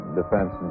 defense